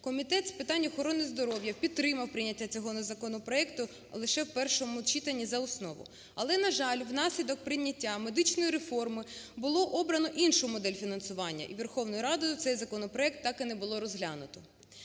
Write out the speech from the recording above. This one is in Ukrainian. Комітет з питань охорони здоров'я підтримав прийняття цього законопроекту лише в першому читанні за основу. Але, на жаль, внаслідок прийняття медичної реформи було обрано іншу модель фінансування. Верховною Радою цей законопроект так і не було розглянуто.